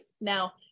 Now